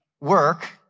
work